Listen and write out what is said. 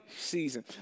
season